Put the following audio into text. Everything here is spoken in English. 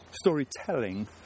Storytelling